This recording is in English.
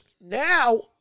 now